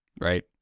Right